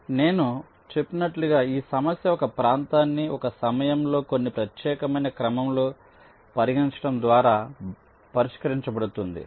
కాబట్టి నేను చెప్పినట్లుగా ఈ సమస్య ఒక ప్రాంతాన్ని ఒక సమయంలో కొన్ని ప్రత్యేకమైన క్రమంలో పరిగణించడం ద్వారా పరిష్కరించబడుతుంది